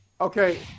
Okay